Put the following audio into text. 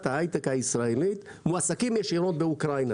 ההיי-טק הישראלית מועסקים ישירות באוקראינה,